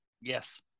Yes